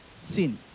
sin